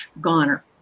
goner